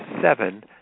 seven